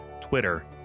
Twitter